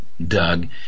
Doug